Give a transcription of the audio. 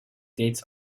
dates